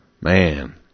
man